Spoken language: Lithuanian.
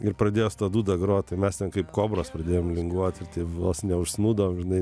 ir pradėjo su ta dūda grot tai mes ten kaip kobros pradėjom linguoti tai vos neužsnūdom žinai